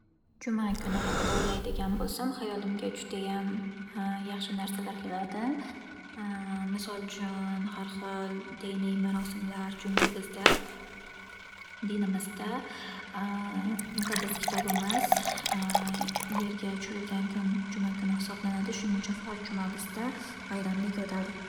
Juma kuni haqida o’ylaydigan bo’lsam, hayolimga judayam yaxshi narsalar keladi. Misol uchun, har hil diniy marosimlar. Chunki bizda, dinimizda muqaddas kitobimiz yerga tushirilgan kun juma kuni hisoblanadi. Shuning uchun har juma bizda bayramdek o’tadi.